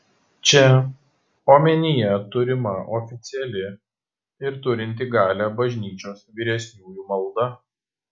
čia omenyje turima oficiali ir turinti galią bažnyčios vyresniųjų malda